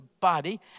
body